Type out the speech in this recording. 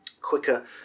quicker